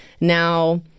now